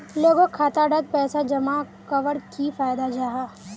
लोगोक खाता डात पैसा जमा कवर की फायदा जाहा?